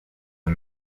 the